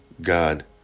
God